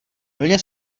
plně